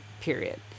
Period